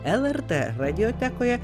lrt radijotekoje